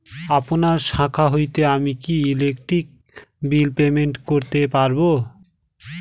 আপনার শাখা হইতে আমি কি ইলেকট্রিক বিল পেমেন্ট করতে পারব?